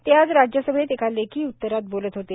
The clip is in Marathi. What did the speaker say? ते आज राज्यसभेत एका लेखी उतरात बोलत होते